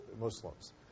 Muslims